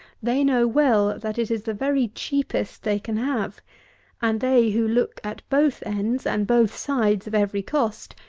they know well, that it is the very cheapest they can have and they, who look at both ends and both sides of every cost,